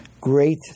great